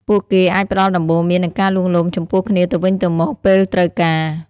ពួកគេអាចផ្តល់ដំបូន្មាននិងការលួងលោមចំពោះគ្នាទៅវិញទៅមកពេលត្រូវការ។